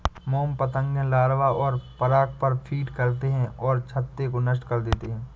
मोम पतंगे लार्वा और पराग पर फ़ीड करते हैं और छत्ते को नष्ट कर देते हैं